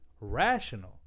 rational